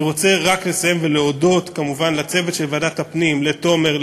אני רוצה רק לסיים ולהודות כמובן לצוות של ועדת הפנים: לתומר,